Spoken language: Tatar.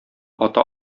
ата